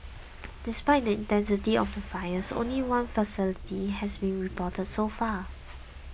despite the intensity of the fires only one fatality has been reported so far